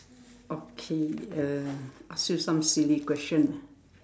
okay uh ask you some silly question ah